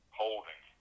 holding